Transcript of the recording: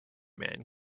man